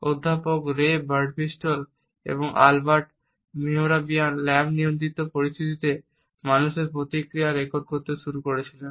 অধ্যাপক Ray Birdwhistell এবং Albert Mehrabian lab নিয়ন্ত্রিত পরিস্থিতিতে মানুষের প্রতিক্রিয়া রেকর্ড করতে শুরু করেছিলেন